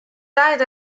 died